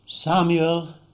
Samuel